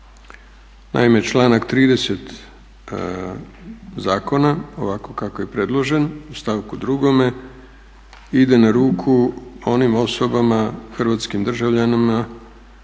Naime, članak 30. Zakona ovako kako je predložen u stavku 2. ide na ruku onim osobama hrvatskim državljanima